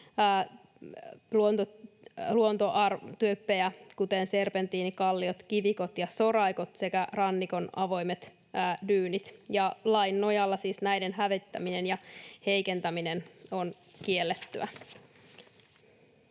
luontotyyppejä, kuten serpentiinikalliot, ‑kivi-kot ja ‑soraikot sekä rannikon avoimet dyynit, ja lain nojalla näiden hävittäminen ja heikentäminen on siis kiellettyä.